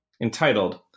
entitled